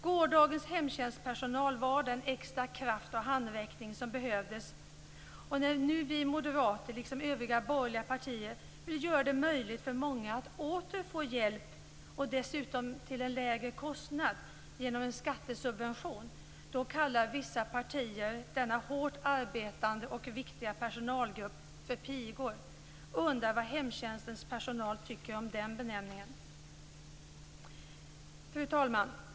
Gårdagens hemtjänstpersonal var den extra kraft och handräckning som behövdes. När nu vi moderater, liksom övriga borgerliga partier, vill göra det möjligt för många att åter få hjälp och dessutom till en lägre kostnad genom en skattesubvention kallar vissa partier denna hårt arbetande och viktiga personalgrupp för pigor. Undrar vad hemtjänstens personal tycker om den benämningen. Fru talman!